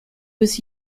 was